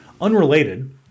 unrelated